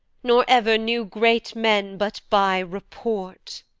nor ever knew great men but by report!